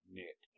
net